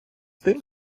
тим